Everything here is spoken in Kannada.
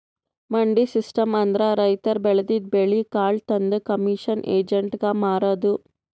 ಮಂಡಿ ಸಿಸ್ಟಮ್ ಅಂದ್ರ ರೈತರ್ ಬೆಳದಿದ್ದ್ ಬೆಳಿ ಕಾಳ್ ತಂದ್ ಕಮಿಷನ್ ಏಜೆಂಟ್ಗಾ ಮಾರದು